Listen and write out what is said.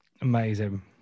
Amazing